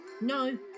No